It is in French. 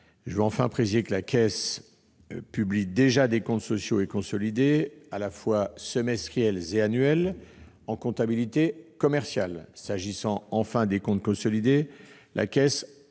Je précise que la Caisse publie déjà des comptes sociaux et consolidés, à la fois semestriels et annuels, en comptabilité commerciale. S'agissant des comptes consolidés, la Caisse